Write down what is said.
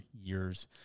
years